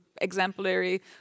exemplary